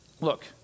look